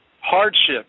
hardships